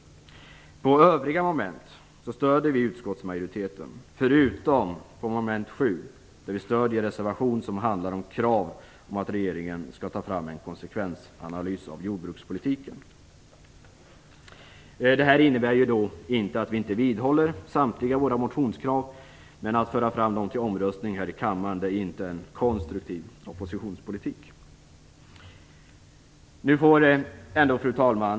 Under övriga moment stöder vi utskottsmajoriteten, förutom under mom. 7 där vi stöder reservationen med krav på att regeringen skall ta fram en konsekvensanalys av jordbrukspolitiken. Det här innebär inte att vi inte vidhåller samtliga våra motionskrav, men att föra fram dem till omröstning i kammaren är inte konstruktiv oppositionspolitik. Fru talman!